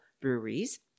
breweries